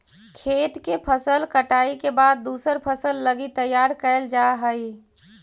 खेत के फसल कटाई के बाद दूसर फसल लगी तैयार कैल जा हइ